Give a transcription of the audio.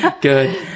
good